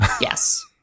Yes